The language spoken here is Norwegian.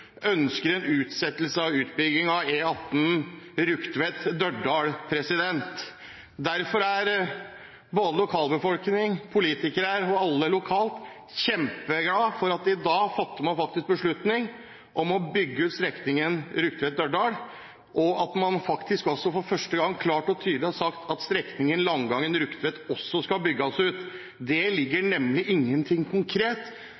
ønsker en utsettelse av utbygging av E18 Rugtvedt–Dørdal. Derfor er lokalbefolkning, politikere og alle andre lokalt kjempeglade for at man i dag fatter beslutning om å bygge ut strekningen Rugtvedt–Dørdal, og at man faktisk for første gang klart og tydelig har sagt at strekningen Langangen–Rugtvedt også skal bygges ut. Det ligger nemlig ingenting konkret